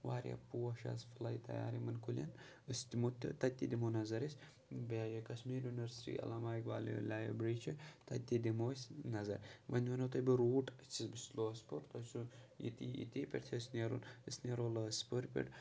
واریاہ پوش حظ پھٕلَے تَیار یِمَن کُلٮ۪ن أسۍ دِمو تہٕ تَتہِ تہِ دِمو نَظر أسۍ بیٚیہِ یہِ کَشمیٖر یونیؤرسِٹی عَلامہ اِقبال یہِ لایبٕرٛی چھِ تَتہِ تہِ دِمو أسۍ نَظر وۄنۍ وَنو تۄہہِ بہٕ روٗٹ أسۍ چھِ بہٕ چھُس لوسپور تۄہہِ چھُ ییٚتی ییٚتی پٮ۪ٹھ چھِ اَسہِ نیرُن أسۍ نیرو لٲسۍ پوٗرِ پٮ۪ٹھ